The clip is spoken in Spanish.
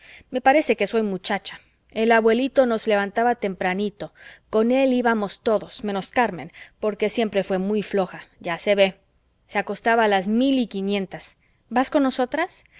me parece que soy muchacha el abuelito nos levantaba tempranito con él íbamos todos menos carmen porque siempre fué muy floja ya se ve se acostaba a las mil y quinientas vas con nosotras